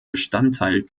bestandteil